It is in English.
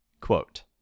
Quote